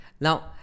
Now